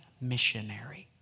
missionary